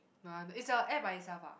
it's a app by itself ah